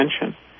attention